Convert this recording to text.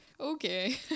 okay